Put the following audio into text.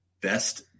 best